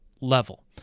level